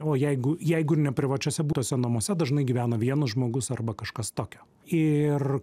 o jeigu jeigu ir ne privačiuose butuose namuose dažnai gyvena vienas žmogus arba kažkas tokio ir